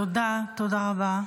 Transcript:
תודה רבה.